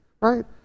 right